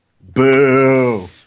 Boo